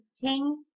king